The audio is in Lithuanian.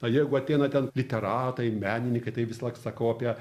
o jeigu ateina ten literatai menininkai tai visąlaik sakau apie